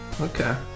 Okay